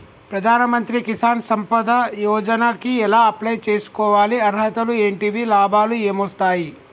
ప్రధాన మంత్రి కిసాన్ సంపద యోజన కి ఎలా అప్లయ్ చేసుకోవాలి? అర్హతలు ఏంటివి? లాభాలు ఏమొస్తాయి?